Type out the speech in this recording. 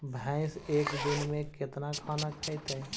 भैंस एक दिन में केतना खाना खैतई?